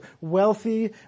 wealthy